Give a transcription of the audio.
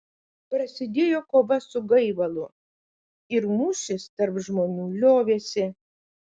prasidėjo kova su gaivalu ir mūšis tarp žmonių liovėsi